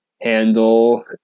handle